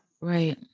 right